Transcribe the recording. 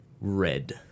red